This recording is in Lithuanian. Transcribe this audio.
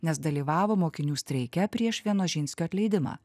nes dalyvavo mokinių streike prieš vienožinskio atleidimą